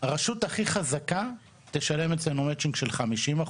הרשות הכי חזקה תשלם אצלנו מצ'ינג של 50%,